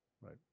right